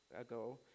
ago